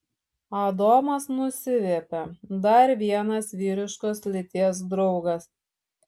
adomas nusiviepė dar vienas vyriškos lyties draugas